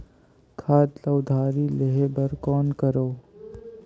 खाद ल उधारी लेहे बर कौन करव?